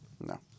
No